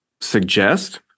suggest